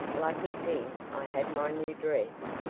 lucky thing i had my new dress,